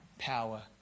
power